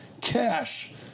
cash